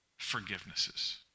Forgivenesses